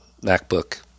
MacBook